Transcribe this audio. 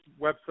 website